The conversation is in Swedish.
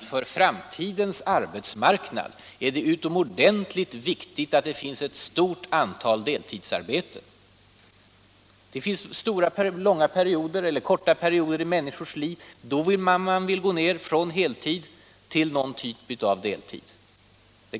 För framtidens arbetsmarknad är det utomordentligt viktigt, att det finns ett stort antal deltidsarbeten. Det finns längre eller kortare perioder i människors liv då man vill gå ned från heltid till någon typ av deltid.